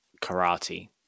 karate